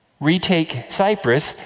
retake cyprus,